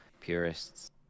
purists